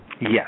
Yes